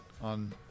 On